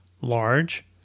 Large